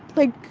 like,